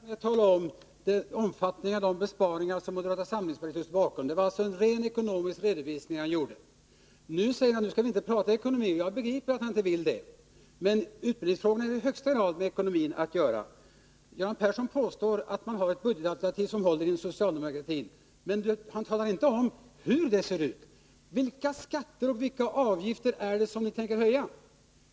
Herr talman! Göran Persson inledde sitt huvudanförande med att tala om omfattningen av de besparingar som moderata samlingspartiet har ställt sig bakom. Han gav en rent ekonomisk redovisning. Nu säger han att vi inte skall prata ekonomi, och jag begriper att han inte vill göra det. Men utbildningsfrågorna har i högsta grad med ekonomin att göra. Göran Persson påstår att socialdemokraternas budgetalternativ håller, men han talar inte om hur det ser ut. Vilka skatter och avgifter tänker ni höja?